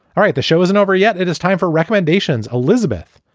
all right. the show isn't over yet. it is time for recommendations. elizabeth,